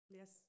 yes